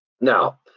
Now